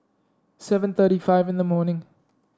seven thirty five in the morning